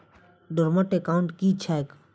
Dormant account की छैक?